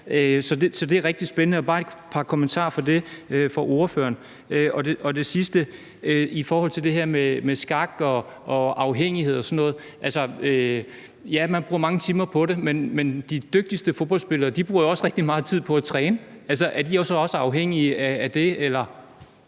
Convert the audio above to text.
Så det er rigtig spændende. Måske kunne vi få bare et par kommentarer om det fra ordføreren. Det sidste er i forhold til det her med skak og afhængighed og sådan noget. Ja, man bruger mange timer på det, men de dygtigste fodboldspillere bruger jo også rigtig meget tid på at træne. Altså, er de så også afhængige af det